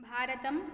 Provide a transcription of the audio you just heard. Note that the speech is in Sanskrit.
भारतम्